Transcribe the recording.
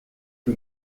que